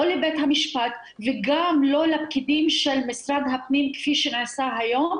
לא לבית המשפט וגם לא לפקידים של משרד הפנים כפי שנעשה היום,